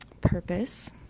purpose